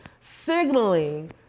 signaling